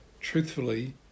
truthfully